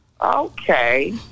Okay